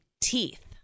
teeth